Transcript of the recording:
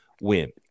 win